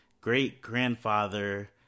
great-grandfather